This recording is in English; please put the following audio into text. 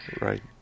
Right